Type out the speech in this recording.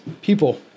people